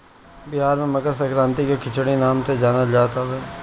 बिहार में मकरसंक्रांति के खिचड़ी नाम से जानल जात हवे